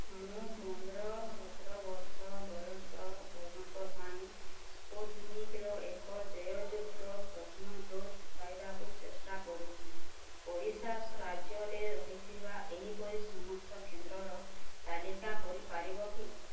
ମୁଁ ପନ୍ଦର ସତର ବର୍ଷ ବୟସ ବର୍ଗଙ୍କ ପାଇଁ ସ୍ପୁଟନିକ୍ର ଏକ ଦେୟଯୁକ୍ତ ପ୍ରଥମ ଡୋଜ୍ ପାଇବାକୁ ଚେଷ୍ଟା କରୁଛି ଓଡ଼ିଶା ରାଜ୍ୟରେ ରହିଥିବା ଏହିପରି ସମସ୍ତ କେନ୍ଦ୍ରର ତାଲିକା କରିପାରିବ କି